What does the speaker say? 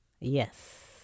Yes